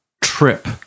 trip